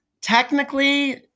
technically